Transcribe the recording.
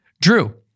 Drew